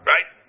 Right